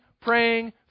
praying